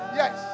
yes